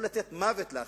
לא לתת מוות לאחר,